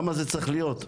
למה זה צריך להיות?